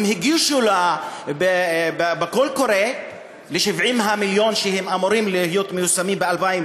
הגישו בקול קורא לגבי 70 המיליון שאמורים להיות מיושמים ב-2016.